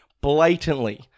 Blatantly